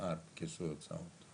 עד כיסוי הוצאות.